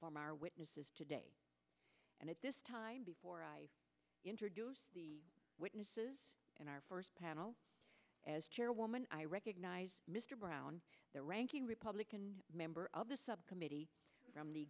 from our witnesses today and at this time before i introduce the witnesses in our first panel as chairwoman i recognize mr brown the ranking republican member of the subcommittee